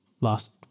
last